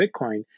Bitcoin